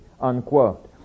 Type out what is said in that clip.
unquote